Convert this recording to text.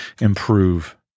improve